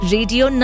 Radio